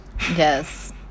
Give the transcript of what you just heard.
Yes